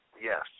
yes